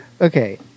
Okay